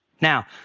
Now